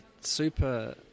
super